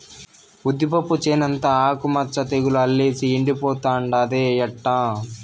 ఉద్దిపప్పు చేనంతా ఆకు మచ్చ తెగులు అల్లేసి ఎండిపోతుండాదే ఎట్టా